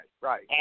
right